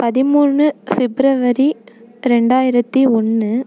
பதிமூணு ஃபிப்ரவரி ரெண்டாயிரத்தி ஒன்று